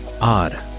Odd